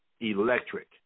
electric